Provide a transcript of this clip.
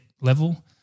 level